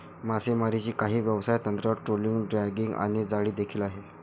मासेमारीची काही व्यवसाय तंत्र, ट्रोलिंग, ड्रॅगिंग आणि जाळी देखील आहे